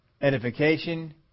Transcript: Edification